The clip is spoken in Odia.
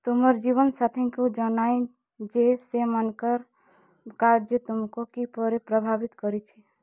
ତୁମର ଜୀବନସାଥୀଙ୍କୁ ଜନାଇ ଯେ ସେମାନଙ୍କର୍ କାର୍ଯ୍ୟ ତୁମକୁ କିପରି ପ୍ରଭାବିତ କରିଛି